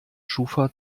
schufa